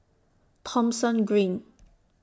Thomson Green